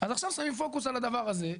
אז עכשיו שמים פוקוס על הדבר הזה.